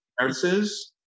nurses